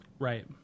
Right